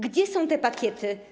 Gdzie są te pakiety?